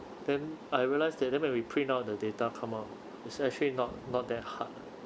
then I realised that and then when we print out the data come out it's actually not not that hard